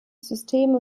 systeme